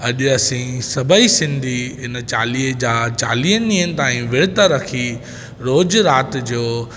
अॼु असी सभेई सिंधी हिन चालीहे जा चालीहनि ॾींहनि ताईं विर्त रखी रोज़ु राति जो